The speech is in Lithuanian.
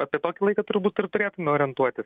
apie tokį laiką turbūt ir turėtume orientuotis